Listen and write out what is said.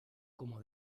como